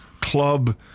club